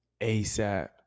ASAP